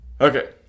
Okay